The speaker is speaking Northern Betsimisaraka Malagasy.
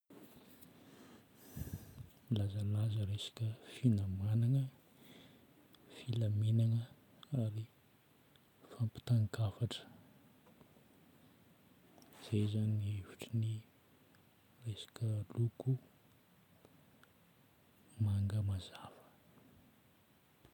Milazalaza resaka finamagnana, filaminagna ary fampitan-kafatra. Zay zagny no hevitry ny resaka loko manga mazava.